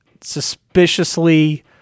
suspiciously